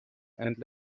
and